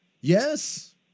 Yes